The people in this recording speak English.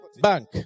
Bank